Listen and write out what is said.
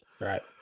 Right